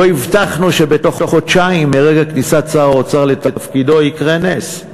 לא הבטחנו שבתוך חודשיים מרגע כניסת שר האוצר לתפקידו יקרה נס.